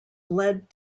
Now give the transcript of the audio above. bled